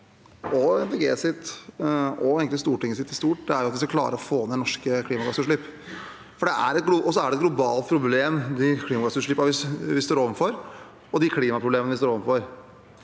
målet til Stortinget i stort – er at vi skal klare å få ned norske klimagassutslipp. Så er det et globalt problem, de klimautslippene vi står overfor, og de klimaproblemene vi står overfor.